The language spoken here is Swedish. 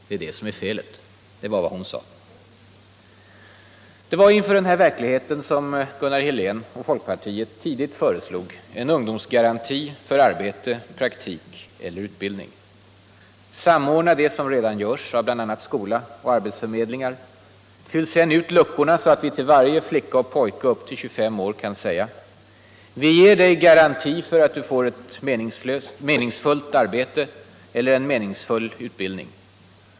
Det är felet.” Det var inför den här verkligheten som Gunnar Helén och folkpartiet tidigt föreslog en ungdomsgaranti för arbete, praktik eller utbildning. Samordna det som redan görs av bl.a. skola och arbetsförmedlingar. Fyll sedan ut luckorna så att vi till varje flicka och pojke upp till 25 år kan säga: ”Vi ger dig garanti för att du skall få ett meningsfullt arbete eller en meningsfull utbildning.